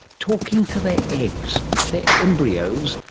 talking to their eggs, their embryos,